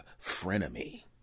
frenemy